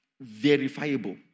verifiable